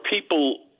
people—